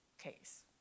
case